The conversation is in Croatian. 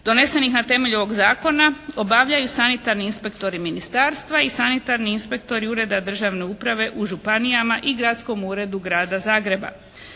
donesenih na temelju ovog zakona obavljaju sanitarni inspektori Ministarstva i sanitarni inspektori Ureda državne uprave u županijama i Gradskom uredu Grada Zagreba.